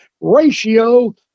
ratio